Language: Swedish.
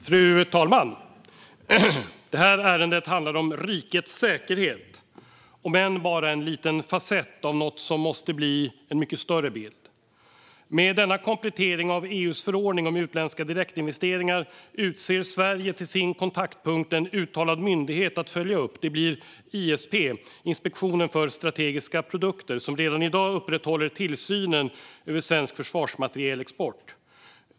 Fru talman! Det här ärendet handlar om rikets säkerhet, om än bara som en liten fasett av något som måste bli en större bild. Med denna komplettering av EU:s förordning om utländska direktinvesteringar utser Sverige till sin kontaktpunkt en uttalad myndighet att följa upp. Det blir ISP, Inspektionen för strategiska produkter, som redan i dag upprätthåller tillsynen över svensk försvarsmaterielexport.